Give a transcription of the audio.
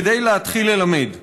כדי להתחיל ללמד.